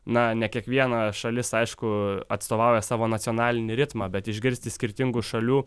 na ne kiekviena šalis aišku atstovauja savo nacionalinį ritmą bet išgirsti skirtingų šalių